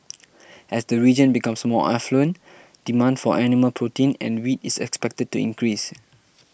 as the region becomes more affluent demand for animal protein and wheat is expected to increase